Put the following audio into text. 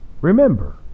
remember